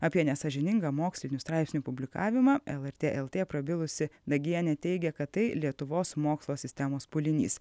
apie nesąžiningą mokslinių straipsnių publikavimą lrt lt prabilusi dagienė teigė kad tai lietuvos mokslo sistemos pūlinys